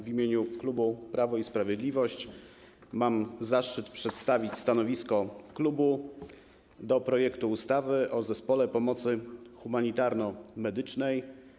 W imieniu klubu Prawo i Sprawiedliwość mam zaszczyt przedstawić stanowisko klubu wobec projektu ustawy o Zespole Pomocy Humanitarno-Medycznej.